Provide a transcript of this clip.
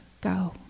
go